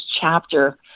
chapter